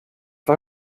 war